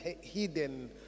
hidden